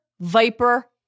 Viper